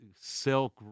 Silk